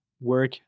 work